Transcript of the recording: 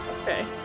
Okay